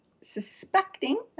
suspecting